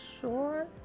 sure